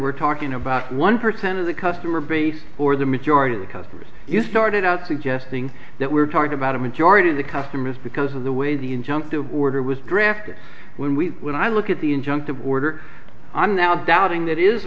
we're talking about one percent of the customer base or the majority of the customers you started out suggesting that we're talking about a majority of the customers because of the way the injunctive order was drafted when we when i look at the injunctive order i'm now doubting that is